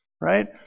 right